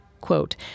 quote